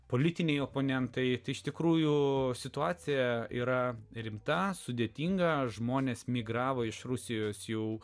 politiniai oponentai iš tikrųjų situacija yra rimta sudėtinga žmonės migravo iš rusijos jau